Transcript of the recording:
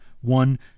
One